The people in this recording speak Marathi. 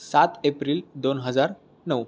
सात एप्रिल दोन हजार नऊ